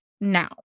now